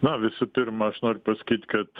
na visų pirma aš noriu pasakyt kad